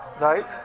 right